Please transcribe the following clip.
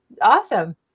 Awesome